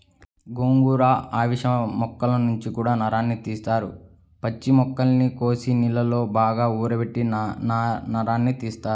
గోంగూర, అవిశ మొక్కల నుంచి గూడా నారని తీత్తారు, పచ్చి మొక్కల్ని కోసి నీళ్ళలో బాగా ఊరబెట్టి నారని తీత్తారు